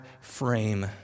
frame